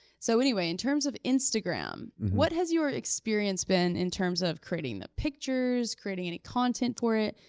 so anyway, in terms of instagram, what has your experience been in terms of creating the pictures, creating any content for it?